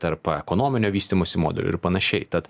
tarp ekonominio vystymosi modelių ir panašiai tad